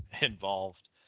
involved